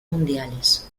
mundiales